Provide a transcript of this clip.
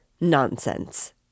Nonsense